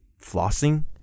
flossing